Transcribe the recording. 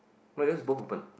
but yours both open